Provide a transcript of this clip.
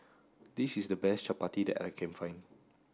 this is the best Chapati that I can find